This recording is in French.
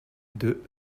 deux